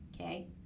okay